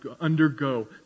undergo